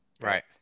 Right